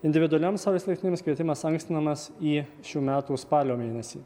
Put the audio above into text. individualioms saulės elektrinėms kvietimas ankstinamas į šių metų spalio mėnesį